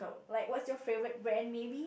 like what's your favourite brand maybe